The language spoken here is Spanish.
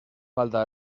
falta